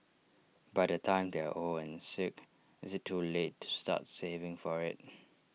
by the time they are old and sick IT is too late to start saving for IT